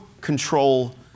control